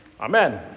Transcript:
amen